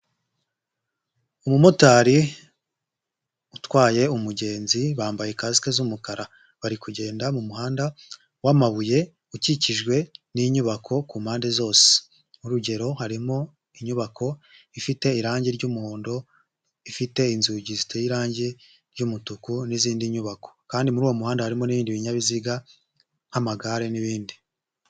Umumotari utwaye umugenzi bambaye kasike z'umukara bari kugenda mu muhanda w'amabuye ukikijwe n'inyubako ku mpande zose nk'urugero harimo inyubako ifite irangi ry'umuhondo ifite inzugi ziteye irangi ry'umutuku n'izindi nyubako kandi muri uwo muhanda harimo n'ibindi binyabiziga nk'amagare n'ibindi.